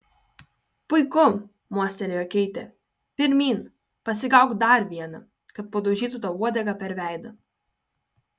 puiku mostelėjo keitė pirmyn pasigauk dar vieną kad padaužytų tau uodega per veidą